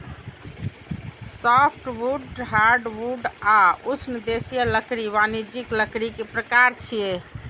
softwood, hardwood आ उष्णदेशीय लकड़ी वाणिज्यिक लकड़ी के प्रकार छियै